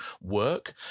work